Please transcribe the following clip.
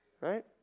right